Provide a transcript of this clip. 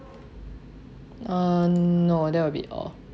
uh no that will be all